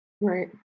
Right